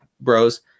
bros